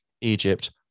Egypt